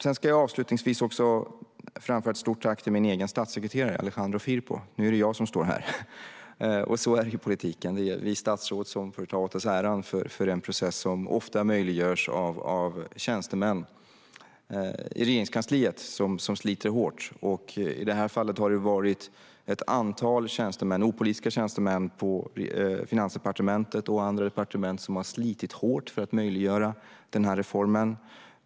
Jag vill avslutningsvis framföra ett stort tack till min egen statssekreterare, Alejandro Firpo. Nu är det jag som står här, och så är det ju i politiken: Det är vi statsråd som får ta åt oss äran för en process som ofta möjliggörs av tjänstemän i Regeringskansliet som sliter hårt. I detta fall är det ett antal opolitiska tjänstemän på Finansdepartementet och andra departement som har slitit hårt för att möjliggöra denna reform.